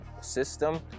system